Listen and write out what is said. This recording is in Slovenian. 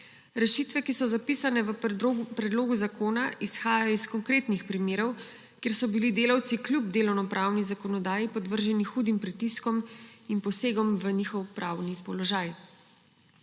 Rešitve, ki so zapisane v predlogu zakona, izhajajo iz konkretnih primerov, kjer so bili delavci kljub delovnopravni zakonodaji podvrženi hudim pritiskom in posegom v njihov pravni položaj.